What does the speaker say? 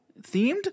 themed